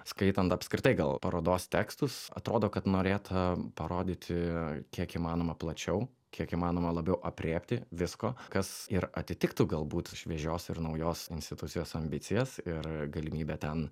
skaitant apskritai gal parodos tekstus atrodo kad norėta parodyti kiek įmanoma plačiau kiek įmanoma labiau aprėpti visko kas ir atitiktų galbūt šviežios ir naujos institucijos ambicijas ir galimybę ten